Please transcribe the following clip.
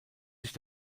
sich